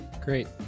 Great